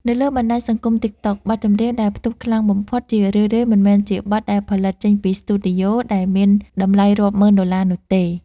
នៅលើបណ្តាញសង្គម TikTok បទចម្រៀងដែលផ្ទុះខ្លាំងបំផុត ជារឿយៗមិនមែនជាបទដែលផលិតចេញពីស្ទូឌីយោដែលមានតម្លៃរាប់ម៉ឺនដុល្លារនោះទេ។